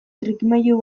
trikimailu